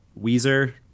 Weezer